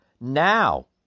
Now